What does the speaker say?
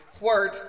Word